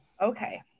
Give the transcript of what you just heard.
Okay